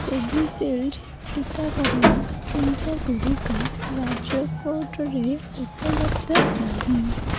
Covishield ଟିକାକରଣ କେନ୍ଦ୍ର ଗୁଡ଼ିକ ରାଜକୋଟରେ ଉପଲବ୍ଧ ନାହିଁ